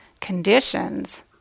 conditions